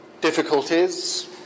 difficulties